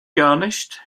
garnished